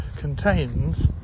contains